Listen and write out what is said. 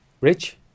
Rich